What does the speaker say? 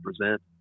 present